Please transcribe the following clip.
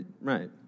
Right